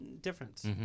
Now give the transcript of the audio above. difference